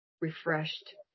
refreshed